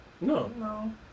No